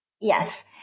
Yes